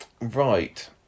Right